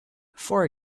for